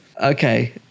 Okay